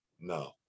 no